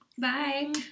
bye